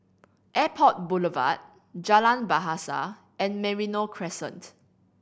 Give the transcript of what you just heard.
Airport Boulevard Jalan Bahasa and Merino Crescent